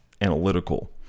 analytical